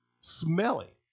smelly